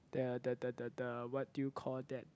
the the the the the what do you call that